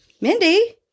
Mindy